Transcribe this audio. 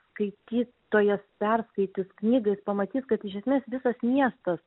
skaitytojas perskaitys knygą jis pamatys kad iš esmės visas miestas